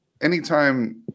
anytime